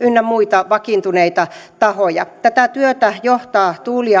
ynnä muita vakiintuneita tahoja tätä työtä johtaa tuulia